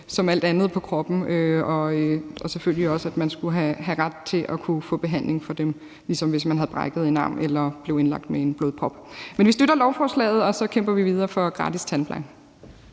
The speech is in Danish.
som alt andet på kroppen, og selvfølgelig også, at man skulle have ret til at kunne få dem behandlet, ligesom hvis man havde brækket en arm eller blev indlagt med en blodprop. Men vi støtter lovforslaget, og så kæmper vi videre for gratis tandpleje.